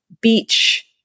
beach